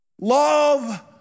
Love